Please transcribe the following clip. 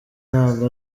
ntabwo